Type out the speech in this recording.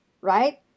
right